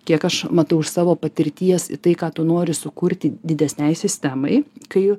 kiek aš matau iš savo patirties į tai ką tu nori sukurti didesnei sistemai kai